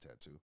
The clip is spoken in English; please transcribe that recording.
tattoo